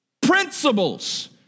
principles